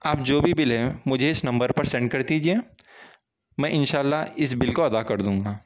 آپ جو بھی بل ہے مجھے اس نمبر پر سینڈ کر دیجئے میں ان شاء اللہ اس بل کو ادا کر دونگا